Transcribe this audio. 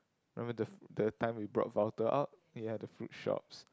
remember the the time we brought Valter out we had the fruit shops